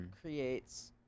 creates